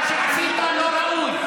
מה שעשית לא ראוי,